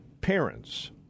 parents